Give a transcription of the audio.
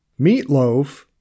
meatloaf